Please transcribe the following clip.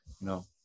no